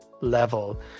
level